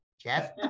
Jeff